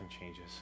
changes